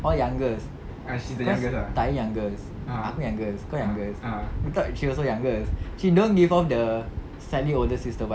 all youngest cause tahir youngest aku youngest kau youngest so we thought she also youngest she don't give off the slightly older sister vibe